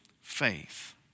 faith